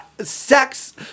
Sex